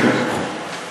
כן, כן.